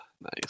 nice